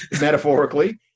metaphorically